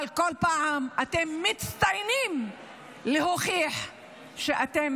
אבל כל פעם אתם מצטיינים בלהוכיח שאתם